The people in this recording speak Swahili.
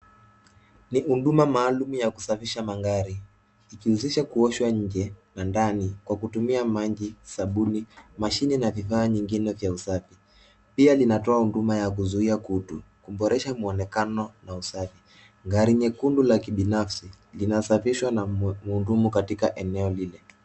Ni huduma maalum ya kusafisha magari ikihusisha kuoshwa nje na ndani kwa kutumia maji, sabuni, mashine na bidhaa nyingine vya usafi. Pia linatoa huduma ya kuzuia kutu kuboresha mwonekano na usafi. Gari nyekundu la kibinafsi linasafishwa na mhudumu katika eneo hili.